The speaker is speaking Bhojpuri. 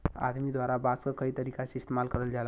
आदमी द्वारा बांस क कई तरीका से इस्तेमाल करल जाला